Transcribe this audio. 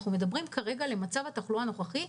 אנחנו מדברים על מצב התחלואה הנוכחי,